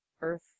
earth